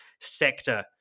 sector